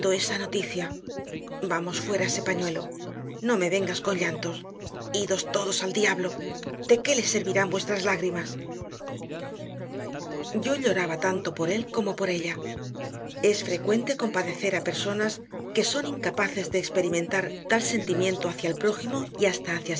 esa noticia vamos fuera ese pañuelo no me vengas con llantos idos todos al diablo de qué le servirán vuestras lágrimas yo lloraba tanto por él como por ella es frecuente compadecer a personas que son incapaces de experimentar tal sentimiento hacia el prójimo y hasta hacia